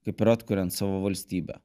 kaip atkuriant savo valstybę